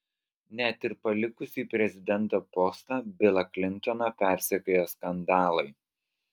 net ir palikusį prezidento postą bilą klintoną persekioja skandalai